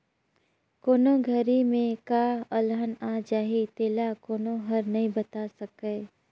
कोन घरी में का अलहन आ जाही तेला कोनो हर नइ बता सकय